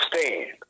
stand